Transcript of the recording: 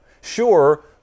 Sure